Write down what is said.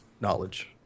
knowledge